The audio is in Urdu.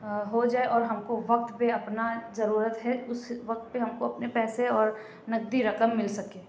ہو جائے اور ہم کو وقت پہ اپنا ضرورت ہے اس وقت پہ ہم کو اپنے پیسے اور نقدی رقم مل سکے